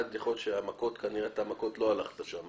אחד, אתה מכות לא הלכת שם.